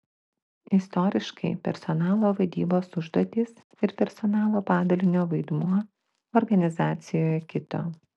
istoriškai personalo vadybos užduotys ir personalo padalinio vaidmuo organizacijoje kito